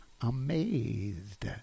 amazed